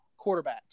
quarterbacks